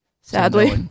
Sadly